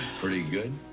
pretty good?